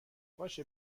باشه